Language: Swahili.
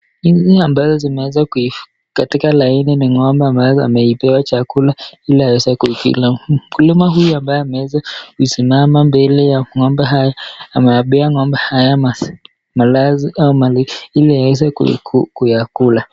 Hizi ambazo zimeweza kuifunga katika laini ni ng'ombe ameweza kuipea chakula ili aweze kuikula. Mkulima huyu ambaye ameweza kuisimama mbele ya ng'ombe haya ameipea ng'ombe haya malazi au malisho ili yaeze kuyakula.